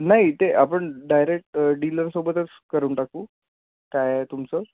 नाही ते आपण डायरेक्ट डीलरसोबतच करून टाकू काय आहे तुमचं